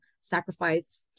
sacrifice